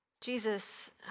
Jesus